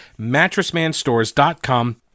MattressManStores.com